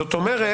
זאת אומרת,